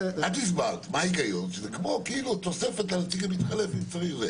את הסברת, שזה כמו תוספת לנציג המתחלף אם צריך.